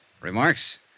Remarks